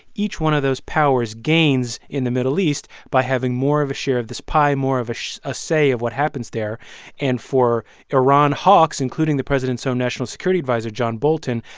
each one of those powers gains in the middle east by having more of a share of this pie, more of a ah say of what happens there and for iran hawks, including the president's own national security adviser, john bolton,